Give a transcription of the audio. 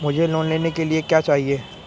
मुझे लोन लेने के लिए क्या चाहिए?